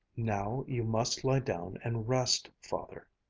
now you must lie down and rest, father,